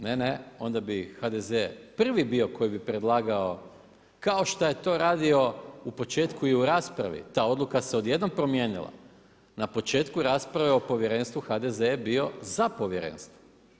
Ne, ne, onda bi HDZ prvi bio koji bi predlagao, kao što je to radio i u početku u i u raspravi, ta odluka se odjednom promijenila, na početku rasprave o povjerenstvu HDZ je bio za povjerenstvo.